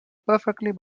perfectly